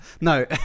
No